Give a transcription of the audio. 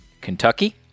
Kentucky